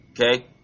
Okay